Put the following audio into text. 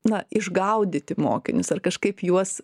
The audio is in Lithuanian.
na išgaudyti mokinius ar kažkaip juos